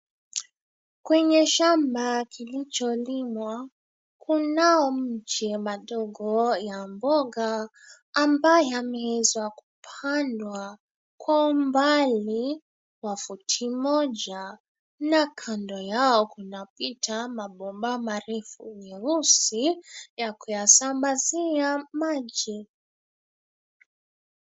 Kwenye shamba kilicholimwa kunao mche madogo ya mboga ambayo yamewezwa kupandwa kwa umbali wa foti moja na kando yao kuna pita mabomba marefu meusi yakuyasambazia maji.